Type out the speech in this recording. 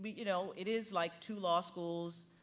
but you know, it is like two law schools,